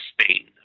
Spain